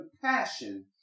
compassion